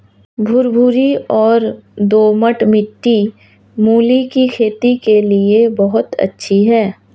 भुरभुरी और दोमट मिट्टी मूली की खेती के लिए बहुत अच्छी है